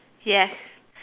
yes